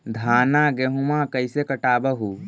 धाना, गेहुमा कैसे कटबा हू?